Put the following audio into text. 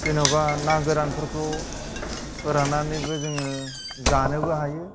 जेन'बा ना गोरानफोरखौ फोरान्नानैबो जोङो जानोबो हायो